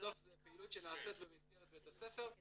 בסוף זו פעילות שנעשית במסגרת בית הספר.